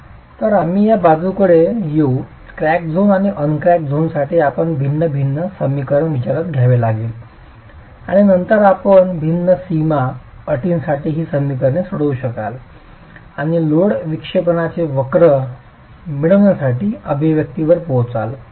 तर आम्ही या बाजूकडे येऊ क्रॅक झोन आणि अनक्रॅकड झोनसाठी आपल्याला भिन्न भिन्न समीकरण विचारात घ्यावे लागेल आणि नंतर आपण भिन्न सीमा अटींसाठी ही समीकरणे सोडवू शकाल आणि लोड विक्षेपाचे वक्र मिळविण्यासाठी अभिव्यक्तीवर पोहोचाल